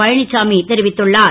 பழ சாமி தெரிவித்துள்ளார்